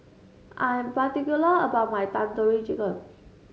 I'm particular about my Tandoori Chicken